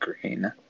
green